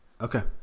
Okay